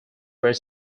were